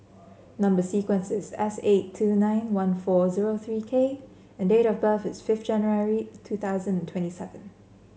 number sequence is S eight two nine one four zero three K and date of birth is fifth January two thousand and twenty seven